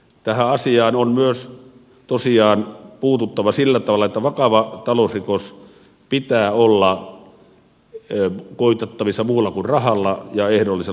tähän asiaan on myös tosiaan puututtava sillä tavalla että vakava talousrikos pitää olla kuitattavissa muulla kuin rahalla ja ehdollisella vankeustuomiolla